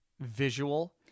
visual